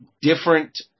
different